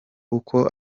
uko